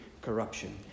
corruption